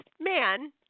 man